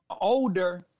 older